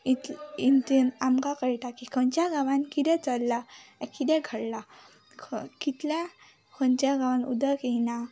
इत हितून आमकां कळटा की खंयच्या गावान कितें चल्ला कितें घडलां ख कितलें खंयच्या गांवान उदक येना